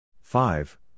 five